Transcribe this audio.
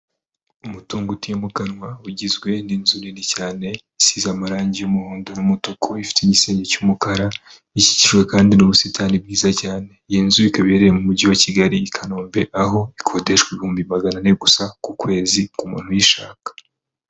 Umutungo utimukanwa ugizwe n'inzu nini cyane, isize amarangi y'umuhondo n'umutuku, ifite igisenge cy'umukara, ikikijwe kandi n'ubusitani bwiza cyane. Iyi nzu ikaba iherereye mu mujyi wa Kigali i Kanombe, aho ikodeshwa ibihumbi magana ane gusa ku kwezi ku muntu uyishaka.